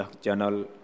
channel